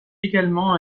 également